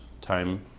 time